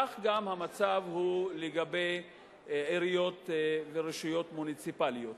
כך גם המצב לגבי עיריות ורשויות מוניציפליות.